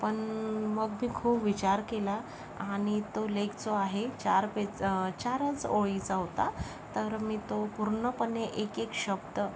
पण मग मी खूप विचार केला आणि तो लेख जो आहे चार पेज चारच ओळीचा होता तर मी तो पूर्णपणे एक एक शब्द